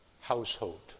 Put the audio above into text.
household